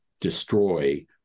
destroy